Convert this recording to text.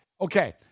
okay